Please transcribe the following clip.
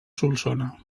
solsona